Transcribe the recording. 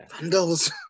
Vandals